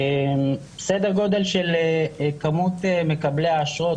סדר גודל של כמות מקבלי האשרות,